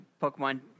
Pokemon